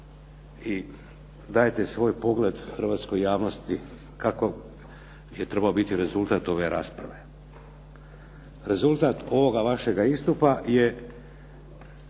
i dajete svoj pogled hrvatskoj javnosti kakav je trebao biti rezultat ove rasprave. Rezultat ovoga vašega istupa je